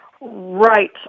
Right